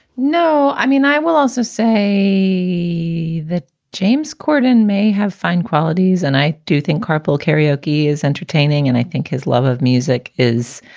no i mean, i will also say to the james corden may have fine qualities, and i do think carpool karaoke is entertaining and i think his love of music is